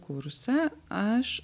kursą aš